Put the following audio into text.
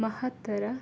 ಮಹತ್ತರ